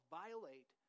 violate